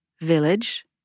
Village